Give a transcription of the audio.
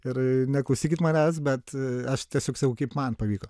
ir neklausykit manęs bet aš tiesiog sakau kaip man pavyko